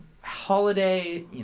holiday